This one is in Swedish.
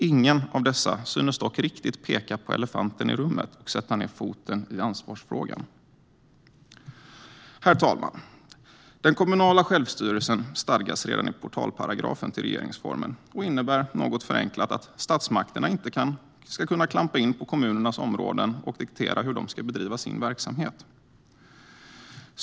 Ingen av dessa synes dock riktigt peka på elefanten i rummet och sätta ned foten i ansvarsfrågan. Herr talman! Den kommunala självstyrelsen stadgas redan i portalparagrafen till regeringsformen och innebär något förenklat att statsmakterna inte ska kunna klampa in på kommunernas områden och diktera hur de ska bedriva sin verksamhet.